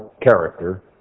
character